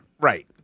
Right